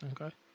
okay